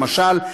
למשל,